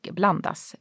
blandas